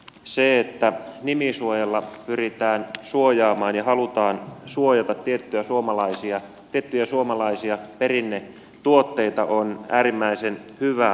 se että nimisuojalla pyritään suojaamaan ja halutaan suojata tiettyjä suomalaisia perinnetuotteita on äärimmäisen hyvä asia